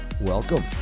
welcome